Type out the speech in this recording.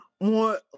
more